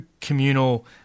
communal